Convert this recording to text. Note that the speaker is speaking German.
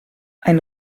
ein